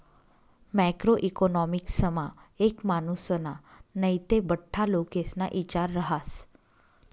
macro इकॉनॉमिक्समा एक मानुसना नै ते बठ्ठा लोकेस्ना इचार रहास